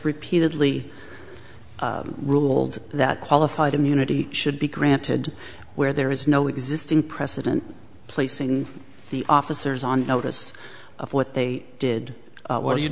repeatedly ruled that qualified immunity should be granted where there is no existing precedent placing the officers on notice of what they did what are you